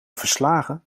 verslagen